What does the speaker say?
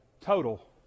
Total